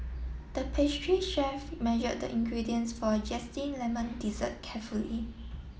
the pastry chef measured the ingredients for a zesty lemon dessert carefully